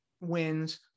wins